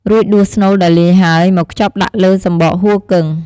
រួចដួសស្នូលដែលលាយហើយ មកខ្ចប់ដាក់លើសំបកហ៊ូគឹង។